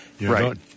Right